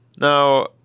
Now